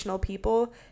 people